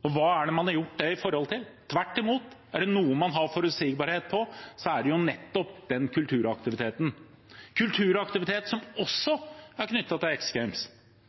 og hva er det man har gjort det på? Tvert imot: Er det noe man har forutsigbarhet på, er det nettopp kulturaktiviteten – kulturaktivitet som også er knyttet til